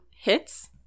hits